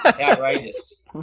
Outrageous